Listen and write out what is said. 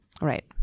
Right